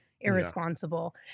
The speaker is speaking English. irresponsible